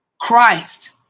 Christ